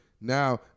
Now